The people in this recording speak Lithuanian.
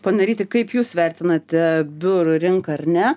pone ryti kaip jūs vertinate biurų rinką ar ne